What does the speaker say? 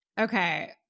Okay